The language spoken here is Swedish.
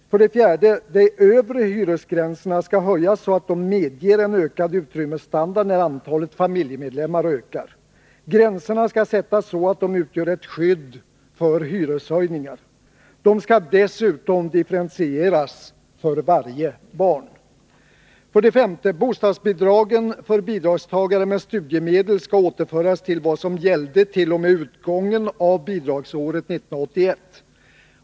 4. De övre hyresgränserna skall höjas så, att de medger en höjd utrymmesstandard när antalet familjemedlemmar ökar. Gränserna skall sättas så, att de utgör ett skydd för hyreshöjningar. De skall dessutom differentieras för varje barn. 5. Bostadsbidragen för bidragstagare med studiemedel skall återföras till vad som gällde t.o.m. utgången av bidragsåret 1981.